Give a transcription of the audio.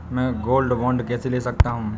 मैं gold bond कैसे ले सकता हूँ?